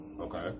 Okay